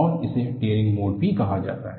और इसे tearing mode भी कहा जाता है